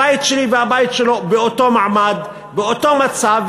הבית שלי והבית שלו באותו מעמד ובאותו מצב,